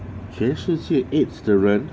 全世界 AIDS 的人